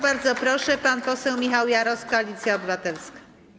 Bardzo proszę, pan poseł Michał Jaros, Koalicja Obywatelska.